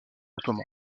ottoman